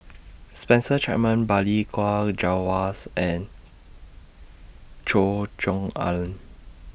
Spencer Chapman Balli Kaur Jaswals and Choe Cheong Alan